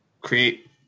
create